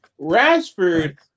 Rashford